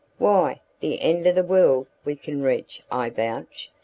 why, the end of the world we can reach, i vouch,